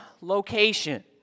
location